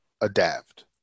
adapt